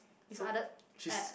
if other I uh